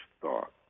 thought